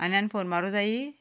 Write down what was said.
आनी आनी फोन मारूंक जाय